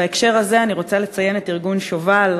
בהקשר הזה אני רוצה לציין את ארגון שֹב"ל,